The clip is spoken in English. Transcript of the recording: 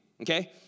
okay